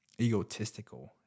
egotistical